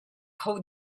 kho